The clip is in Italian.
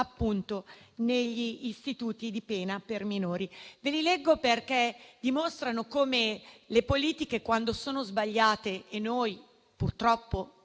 minori negli Istituti penali per i minorenni. Ve li leggo perché dimostrano come le politiche, quando sono sbagliate (e noi purtroppo